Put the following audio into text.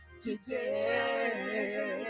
today